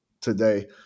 today